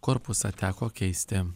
korpusą teko keisti